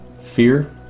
fear